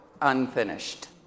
unfinished